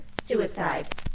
suicide